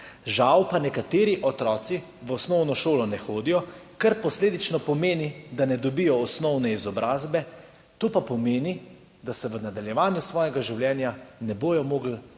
Žal pa nekateri otroci v osnovno šolo ne hodijo, kar posledično pomeni, da ne dobijo osnovne izobrazbe, to pa pomeni, da se v nadaljevanju svojega življenja ne bodo mogli postaviti